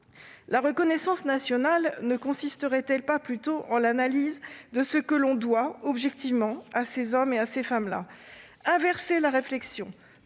La reconnaissance nationale ne consisterait-elle pas plutôt en l'analyse de ce que l'on doit objectivement à ces hommes et à ces femmes ? Inverser la réflexion,